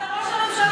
אתה ראש הממשלה השני,